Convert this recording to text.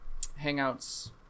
Hangouts